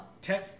Ten